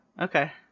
Okay